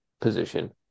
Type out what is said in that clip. position